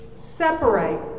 separate